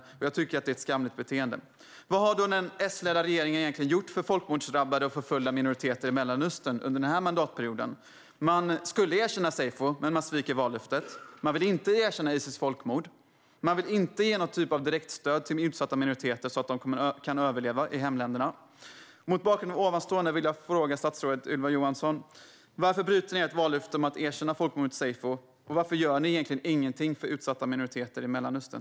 Jag tycker att det är ett skamligt beteende. Vad har då den S-ledda regeringen egentligen gjort för folkmordsdrabbade och förföljda minoriteter i Mellanöstern under den här mandatperioden? Man skulle erkänna seyfo, men man sviker vallöftet. Man vill inte erkänna Isis folkmord. Man vill inte ge någon typ av direktstöd till utsatta minoriteter så att de kan överleva i hemländerna. Mot bakgrund av detta vill jag fråga statsrådet Ylva Johansson: Varför bryter ni ert vallöfte om att erkänna folkmordet seyfo, och varför gör ni egentligen ingenting för utsatta minoriteter i Mellanöstern?